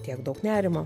tiek daug nerimo